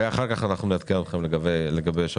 ואחר כך אנחנו גם נעדכן לגבי השבוע